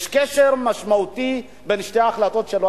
יש קשר משמעותי בין שתי ההחלטות שלו,